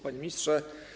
Panie Ministrze!